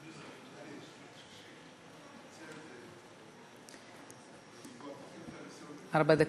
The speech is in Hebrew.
ארבע דקות,